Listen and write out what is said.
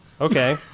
Okay